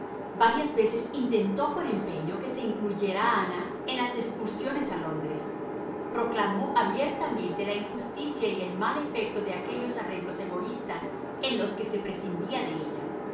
varias veces intentó con empeño que se incluyera a ana en las excursiones a londres proclamó abiertamente la injusticia y el mal efecto de aquellos arreglos egoístas en los que se prescindía de ella